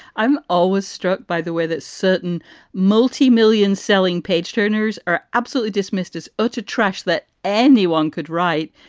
i'm always struck by the way that certain multi-million selling page turners are absolutely dismissed as utter trash that anyone could write.